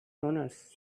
honors